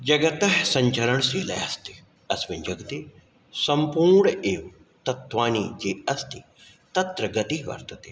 जगतः सञ्चरणशीलः अस्ति अस्मिन् जगति सम्पूर्ण एव तत्वानि चेत् अस्ति तत्र गतिः वर्तते